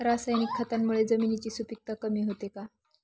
रासायनिक खतांमुळे जमिनीची सुपिकता कमी होते का?